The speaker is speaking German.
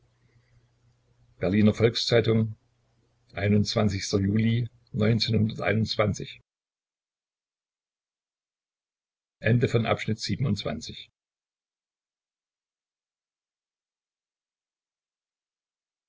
berliner volks-zeitung juli